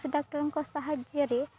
ସେ ଡାକ୍ତରଙ୍କ ସାହାଯ୍ୟରେ